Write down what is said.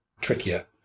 trickier